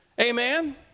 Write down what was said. Amen